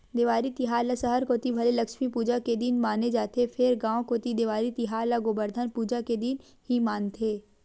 देवारी तिहार ल सहर कोती भले लक्छमी पूजा के दिन माने जाथे फेर गांव कोती देवारी तिहार ल गोबरधन पूजा के दिन ही मानथे